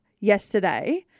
yesterday